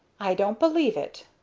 i don't believe it.